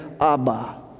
Abba